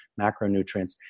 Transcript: macronutrients